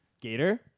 gator